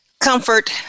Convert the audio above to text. comfort